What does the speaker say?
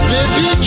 Baby